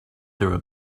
through